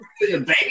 baby